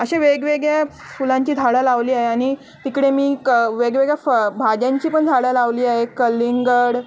अशा वेगवेगळ्या फुलांची झाडं लावली आहे आणि तिकडे मी क वेगवेगळ्या फा भाज्यांची पण झाडं लावली आहे कलिंगड